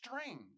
strange